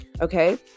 okay